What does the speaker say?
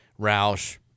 Roush